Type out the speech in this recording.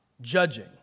judging